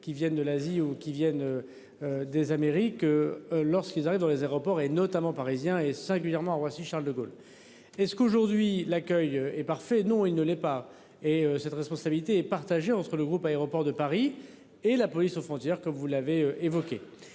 qui viennent de l'Asie où qu'qui viennent. Des Amériques. Lorsqu'ils arrivent dans les aéroports et notamment parisiens et singulièrement à Roissy Charles de Gaulle. Est-ce qu'aujourd'hui, l'accueil est parfait. Non il ne l'est pas et cette responsabilité est partagée entre le groupe aéroports de Paris et la police aux frontières, comme vous l'avez évoqué.